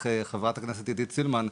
חברתך, חברת הכנסת עידית סילמן,